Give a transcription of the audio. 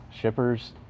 Shippers